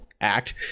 Act